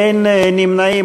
אין נמנעים.